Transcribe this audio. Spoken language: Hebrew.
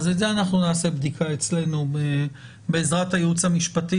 טוב אז את זה אנחנו נעשה בדיקה אצלנו בעזרת הייעוץ המשפטי,